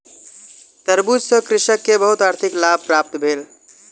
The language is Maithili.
तरबूज सॅ कृषक के बहुत आर्थिक लाभ प्राप्त भेल